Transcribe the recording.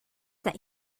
that